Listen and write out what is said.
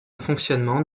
fonctionnement